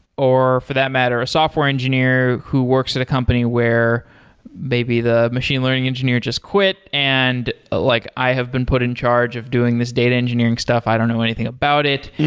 or for that matter, a software engineer who works at a company where maybe the machine learning engineer just quit, and like i have been put in charge of doing this data engineering stuff. i don't know anything about it.